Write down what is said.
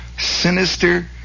sinister